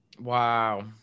Wow